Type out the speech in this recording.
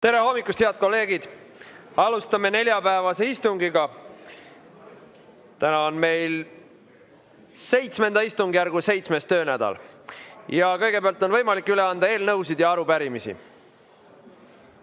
Tere hommikust, head kolleegid! Alustame neljapäevast istungit. Täna on meil VII istungjärgu 7. töönädal. Kõigepealt on võimalik üle anda eelnõusid ja arupärimisi.